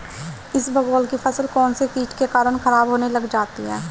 इसबगोल की फसल कौनसे कीट के कारण खराब होने लग जाती है?